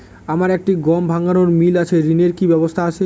আমার একটি গম ভাঙানোর মিল আছে ঋণের কি ব্যবস্থা আছে?